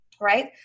right